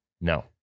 No